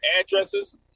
addresses